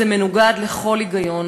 זה מנוגד לכל היגיון,